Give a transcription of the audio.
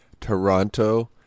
Toronto